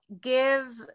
give